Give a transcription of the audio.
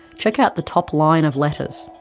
check out the top line of letters.